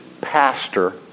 pastor